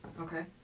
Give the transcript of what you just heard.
Okay